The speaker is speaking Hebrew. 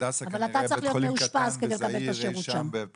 אבל אתה צריך להיות מאושפז כדי לקבל את השירות שם.